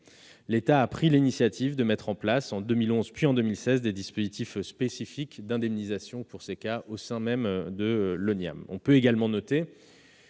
l'État a pris l'initiative de mettre en place, en 2011, puis en 2016, des dispositifs spécifiques d'indemnisation au sein de l'Oniam. On peut également noter